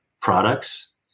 products